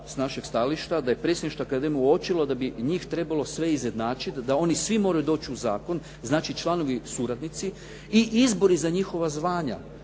s našeg stajališta, da je predsjedništvo akademije uočilo da bi njih trebalo sve izjednačiti da oni svi moraju doći u zakon, znači članovi suradnici i izbori za njihova zvanja,